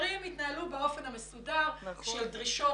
הדברים יתנהלו באופן המסודר של דרישות